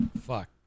fuck